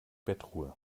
bettruhe